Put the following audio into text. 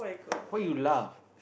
why you laugh